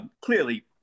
clearly